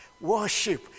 worship